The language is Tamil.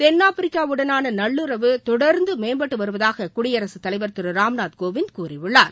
தென்னாப்பிரிக்கா உடனான நல்லுறவு தொடர்ந்து மேம்பட்டு வருவதாக குடியரசத் தலைவர் திரு ராம்நாத் கோவிந்த் கூறியுள்ளார்